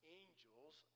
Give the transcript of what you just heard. angels